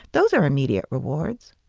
those are immediate rewards.